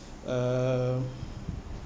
um